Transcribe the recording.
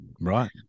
Right